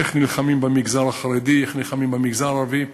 איך נלחמים במגזר החרדי, איך נלחמים במגזר הערבי,